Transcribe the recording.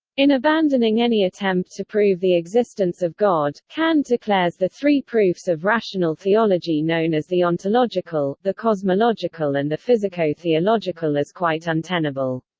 in abandoning any attempt to prove the existence of god, kant declares the three proofs of rational theology known as the ontological, the cosmological and the physico-theological as quite untenable.